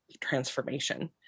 transformation